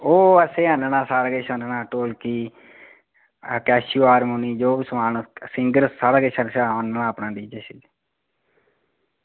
ओह् असें आह्नना सारा किश आह्नना ढोलकी कैशियो हारमोनियम जो बी समान सिंगर सारा किश आह्नना असें डीजे